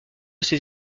ses